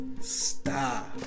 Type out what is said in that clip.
Stop